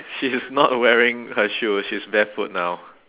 she is not wearing her shoe she's barefoot now